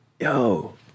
Yo